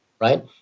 right